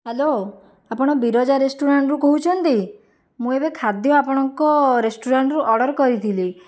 hello ଆପଣ ବିରଜା ରେଷ୍ଟୁରାଣ୍ଟରୁ କହୁଛନ୍ତି ମୁଁ ଏବେ ଖାଦ୍ୟ ଆପଣଙ୍କ ରେଷ୍ଟୁରାଣ୍ଟରୁ ଅର୍ଡ଼ର କରିଥିଲି